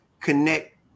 connect